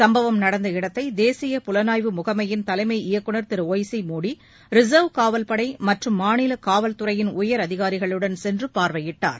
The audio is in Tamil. சுப்பவம் நடந்த இடத்தை தேசிய புலனாய்வு முகமையின் தலைமை இயக்குநர் திரு ஒய் சி மோடி ரிசா்வ் காவல்படை மற்றும் மாநில காவல்துறையின் உயா் அதிகாரிகளுடன் சென்று பாா்வையிட்டார்